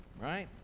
right